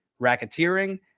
racketeering